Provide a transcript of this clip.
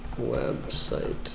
website